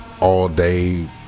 all-day